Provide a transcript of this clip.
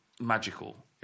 magical